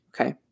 Okay